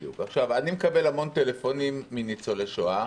אני מקבל המון טלפונים מניצולי שואה,